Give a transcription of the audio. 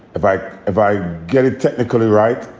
if i if i get it technically right,